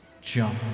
Jump